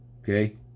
okay